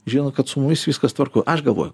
žino kad su mumis viskas tvarkoj aš galvoju